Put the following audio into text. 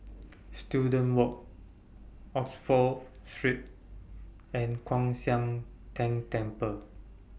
Student Walk Oxford Street and Kwan Siang Tng Temple